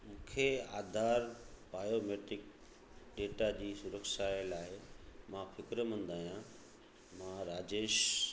मूंखे Aadhaar biometric data जी सुरक्षा जे लाइ मां फ़िक्रमंद आहियां मां राजेश